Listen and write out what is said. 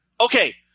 Okay